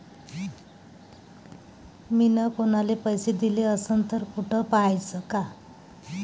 मिन कुनाले पैसे दिले असन तर कुठ पाहाचं?